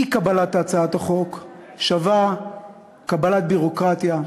אי-קבלת הצעת החוק שווה קבלת ביורוקרטיה,